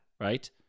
right